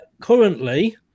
currently